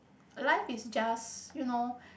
life is just you know